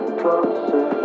closer